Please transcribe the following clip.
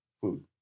food